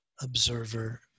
observer